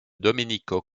domenico